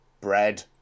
bread